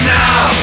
now